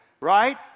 right